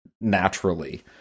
naturally